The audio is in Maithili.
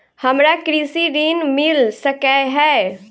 हमरा कृषि ऋण मिल सकै है?